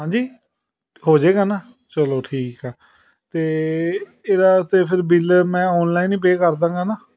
ਹਾਂਜੀ ਹੋ ਜੇਗਾ ਨਾ ਚਲੋ ਠੀਕ ਆ ਅਤੇ ਇਹਦਾ ਤਾਂ ਫਿਰ ਬਿਲ ਮੈਂ ਓਨਲਾਈਨ ਹੀ ਪੇ ਕਰ ਦਾਂਗਾ ਨਾ